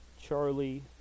Charlie